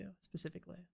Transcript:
specifically